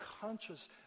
conscious